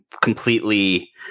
completely